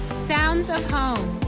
sounds of home